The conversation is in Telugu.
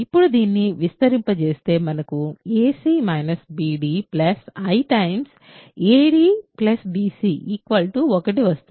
ఇప్పుడు దీన్ని విస్తరింపజేస్తే మనకు i ad bc 1 వస్తుంది